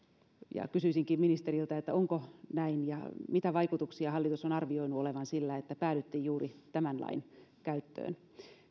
ja kysyisinkin ministeriltä onko näin ja mitä vaikutuksia hallitus on arvioinut olevan sillä että päädyttiin juuri tämän lain käyttöön